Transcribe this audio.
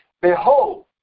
behold